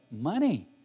money